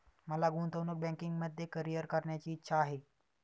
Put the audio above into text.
मला गुंतवणूक बँकिंगमध्ये करीअर करण्याची इच्छा आहे